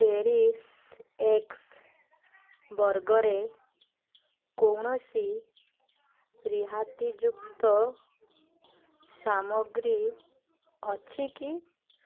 cherish ଏକ୍ସ ବର୍ଗରେ କୌଣସି ରିହାତିଯୁକ୍ତ ସାମଗ୍ରୀ ଅଛି କି